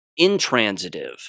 Intransitive